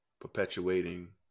perpetuating